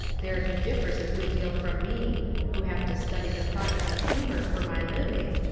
there he differs a good deal from me, who have to study the products of humour for my living,